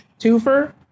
twofer